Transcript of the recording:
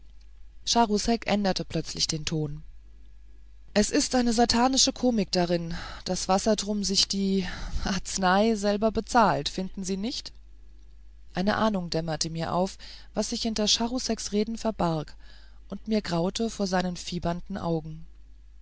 charousek änderte plötzlich den ton es liegt eine satanische komik darin daß wassertrum sich die arznei selber bezahlt finden sie nicht eine ahnung dämmerte mir auf was sich hinter charouseks rede verbarg und mir graute vor seinen fiebernden augen